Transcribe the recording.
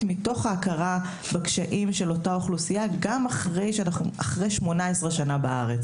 שנובעת מהכרה בקשיים של אותה אוכלוסייה גם לאחר 18 שנים בארץ.